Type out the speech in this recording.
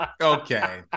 Okay